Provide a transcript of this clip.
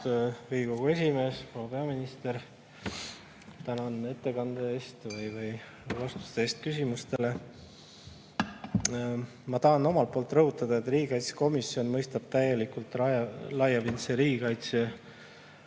Riigikogu esimees! Proua peaminister! Tänan ettekande eest ja vastuste eest küsimustele. Ma tahan omalt poolt rõhutada, et riigikaitsekomisjon mõistab täielikult laiapindse riigikaitse